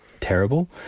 terrible